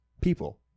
people